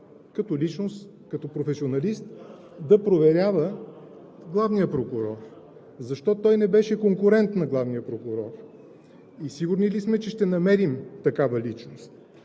като личност, като професионалист, да проверява главния прокурор? Защо той не беше конкурент на главния прокурор? Сигурни ли сме, че ще намерим такава личност?